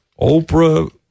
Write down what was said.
Oprah